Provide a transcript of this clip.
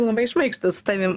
labai šmaikštūs su tavim